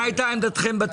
מה הייתה עמדתכם?